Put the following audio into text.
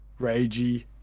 ragey